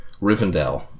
Rivendell